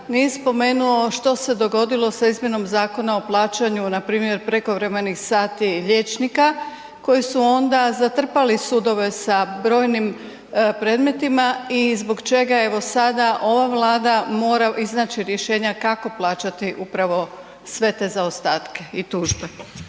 nije spomenuo što se dogodilo sa izmjenom Zakona o plaćanju npr. prekovremenih sati liječnika koji su onda zatrpali sudove sa brojnim predmetima i zbog čega evo sada ova Vlada mora iznaći rješenja kako plaćati upravo sve te zaostatke i tužbe.